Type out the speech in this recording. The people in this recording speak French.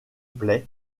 play